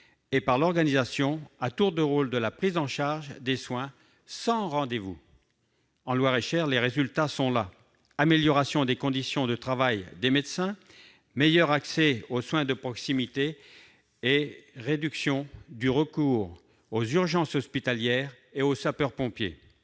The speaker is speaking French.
et par l'organisation à tour de rôle de la prise en charge des soins sans rendez-vous. En Loir-et-Cher, les résultats sont là : amélioration des conditions de travail des médecins, meilleur accès aux soins de proximité et réduction du recours aux urgences hospitalières et aux sapeurs-pompiers.